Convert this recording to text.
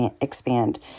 expand